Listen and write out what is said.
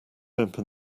open